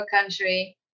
country